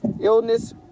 illness